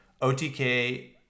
OTK